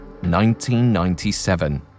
1997